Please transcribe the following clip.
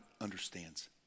understands